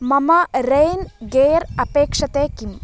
मम rain gear अपेक्षते किम्